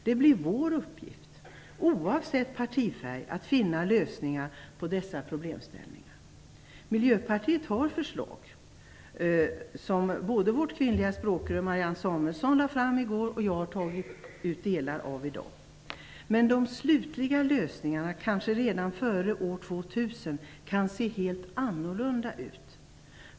Det blir vår uppgift, oavsett partifärg, att finna lösningar på dessa problemställningar. Miljöpartiet har förslag som i går lades fram av vårt kvinnliga språkrör Marianne Samuelsson och som i dag i delar har förts fram av mig. Men de slutliga lösningarna, kanske redan före år 2000, kan komma att se helt annorlunda ut.